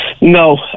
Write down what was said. no